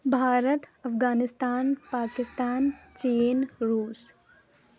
بھارت افغانستان پاکستان چین روس